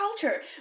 culture